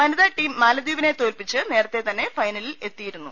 വനിതാ ടീം മാലദ്ധീപിനെ തോൽപ്പിച്ച് നേരത്തെതന്നെ ഫൈനലിൽ എത്തി യിരുന്നു